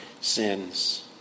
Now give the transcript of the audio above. sins